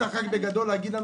אם יש לכם רק בגדול להגיד,